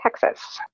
Texas